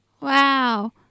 Wow